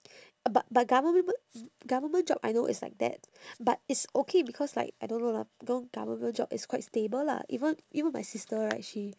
uh but but government one government job I know is like that but it's okay because like I don't know lah you know government job is quite stable lah even even my sister right she